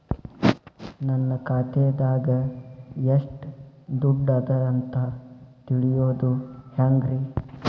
ನನ್ನ ಖಾತೆದಾಗ ಎಷ್ಟ ದುಡ್ಡು ಅದ ಅಂತ ತಿಳಿಯೋದು ಹ್ಯಾಂಗ್ರಿ?